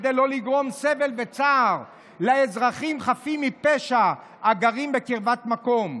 כדי לא לגרום סבל וצער לאזרחים חפים מפשע הגרים בקרבת מקום.